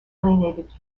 alienated